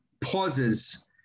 pauses